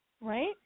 right